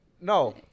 No